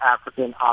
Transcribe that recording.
African